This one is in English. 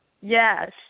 Yes